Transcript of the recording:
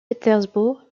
pétersbourg